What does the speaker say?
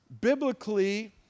biblically